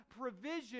provision